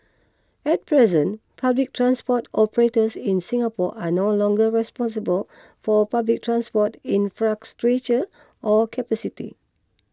at present public transport operators in Singapore are no longer responsible for public transport infrastructure or capacity